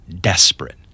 desperate